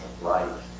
right